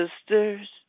sisters